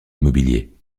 immobilier